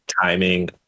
timing